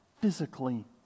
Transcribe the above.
physically